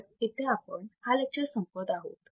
तर इथे आपण हा लेक्चर संपवत आहोत